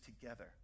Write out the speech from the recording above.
together